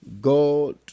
God